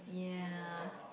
yeah